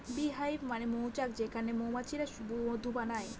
bee hive মানে মৌচাক যেখানে মৌমাছিরা মধু বানায়